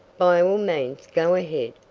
by all means, go ahead,